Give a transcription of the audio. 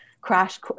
crash